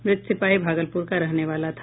मृत सिपाही भागलपुर का रहने वाला था